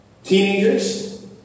Teenagers